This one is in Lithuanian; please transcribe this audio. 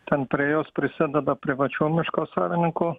ten prie jos prisideda privačių miško savininkų